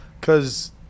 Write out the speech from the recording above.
Cause